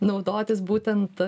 naudotis būtent